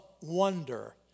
wonder